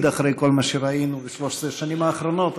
אחרי מה שראינו ב-13 השנים האחרונות,